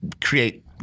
create